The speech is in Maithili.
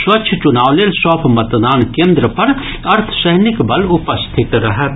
स्वच्छ चुनाव लेल सभ मतदान केन्द्र पर अर्द्वसैनिक बल उपस्थित रहत